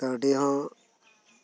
ᱠᱟᱹᱣᱰᱤ ᱦᱚᱸ